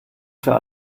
für